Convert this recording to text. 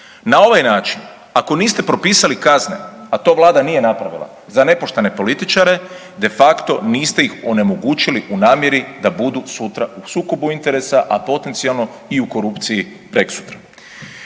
Na ovaj način ako niste propisali kazne, a to Vlada nije napravila, za nepoštene političare, de facto niste ih onemogućili u namjeri da budu sutra u sukobu interesa a potencijalno i u korupciji prekosutra.